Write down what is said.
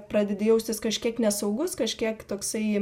pradedi jaustis kažkiek nesaugus kažkiek toksai